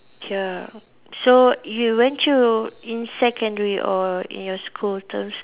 ya so you went to in secondary or in your school terms